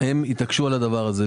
הם התעקשו על הדבר הזה.